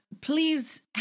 please